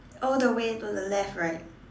all the way to the left right